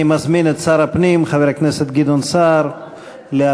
אני מזמין את שר הפנים חבר הכנסת גדעון סער להשיב.